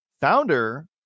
founder